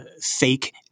fake